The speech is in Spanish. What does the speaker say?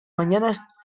mañanas